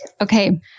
Okay